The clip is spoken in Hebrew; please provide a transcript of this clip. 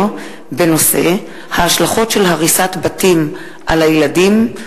בנושא: ההשלכות של הריסת בתים על הילדים,